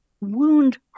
wound